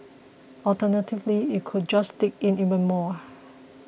alternatively it could just dig in even more